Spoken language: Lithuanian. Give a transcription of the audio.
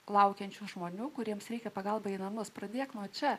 laukiančių žmonių kuriems reikia pagalba į namus pradėk nuo čia